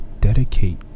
dedicate